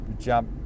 jump